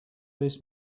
this